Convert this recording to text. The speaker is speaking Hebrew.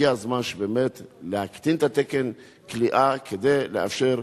הגיע הזמן באמת להקטין את תקן הכליאה כדי לאפשר